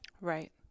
right